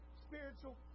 spiritual